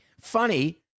Funny